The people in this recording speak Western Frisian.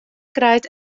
krijt